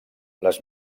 les